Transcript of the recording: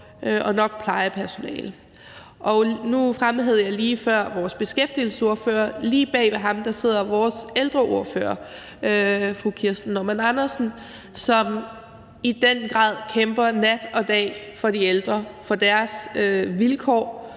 og nok plejepersonale. Nu fremhævede jeg lige før vores beskæftigelsesordfører, og lige bag ved ham sidder vores ældreordfører, fru Kirsten Normann Andersen, som i den grad kæmper nat og dag for de ældre, for deres vilkår,